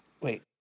wait